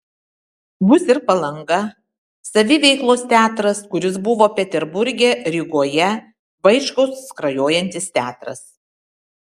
bus ir palanga saviveiklos teatras kuris buvo peterburge rygoje vaičkaus skrajojantis teatras